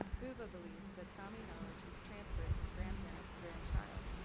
huuva believes that sami knowledge is transferred from grandparent to grandchild,